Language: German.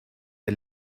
der